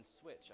switch